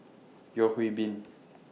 Yeo Hwee Bin